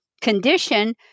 condition